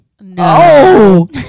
no